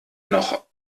noch